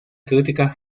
crítica